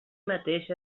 mateix